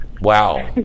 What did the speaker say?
Wow